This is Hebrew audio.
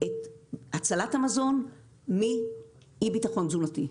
את הצלת המזון מאי-ביטחון תזונתי.